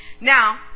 Now